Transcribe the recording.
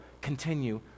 continue